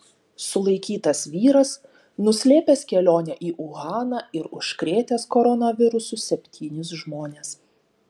sulaikytas vyras nuslėpęs kelionę į uhaną ir užkrėtęs koronavirusu septynis žmones